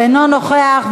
אינו נוכח.